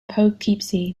poughkeepsie